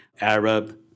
Arab